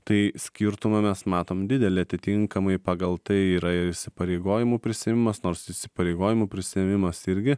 tai skirtumą mes matom didelį atitinkamai pagal tai yra įsipareigojimų prisiėmimas nors įsipareigojimų prisiėmimas irgi